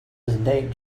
nate